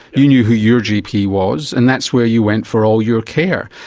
you knew who your gp was and that's where you went for all your care.